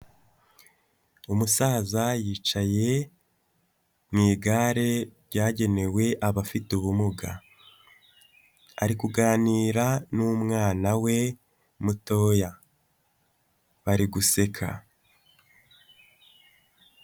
Umusaza yicaye mu igare ryagenewe abafite ubumuga, ari kuganira n'umwana we mutoya bari guseka.